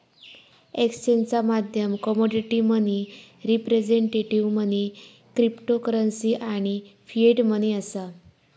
एक्सचेंजचा माध्यम commodity money, representative money, cryptocurrency आणि फिएट मनी असा